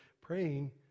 praying